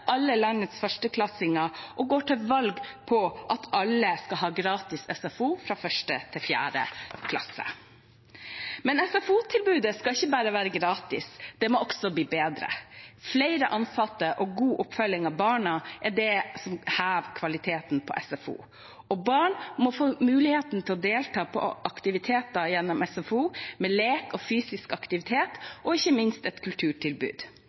alle landets førsteklassinger og går til valg på at alle skal ga gratis SFO fra 1. til 4. klasse. Men SFO-tilbudet skal ikke bare være gratis, det må også bli bedre. Flere ansatte og god oppfølging av barna er det som hever kvaliteten på SFO. Barn må få muligheten til å delta på aktiviteter gjennom SFO, med lek og fysisk aktivitet og ikke minst et kulturtilbud,